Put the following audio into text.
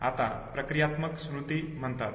त्याला प्रक्रियात्मक स्मृती म्हणतात